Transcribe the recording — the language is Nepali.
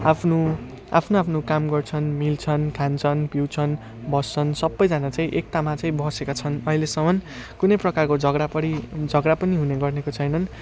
आफ्नो आफ्नो आफ्नो काम गर्छन् मिल्छन् खान्छन् पिउँछन् बस्छन् सबैजना चाहिँ एकतामा चाहिँ बसेका छन् अहिलेसम्म कुनै प्रकारको झगडा परी झगडा पनि हुने गरेको छैनन्